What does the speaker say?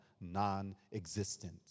non-existent